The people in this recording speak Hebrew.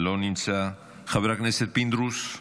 לא נמצא, חבר הכנסת פינדרוס,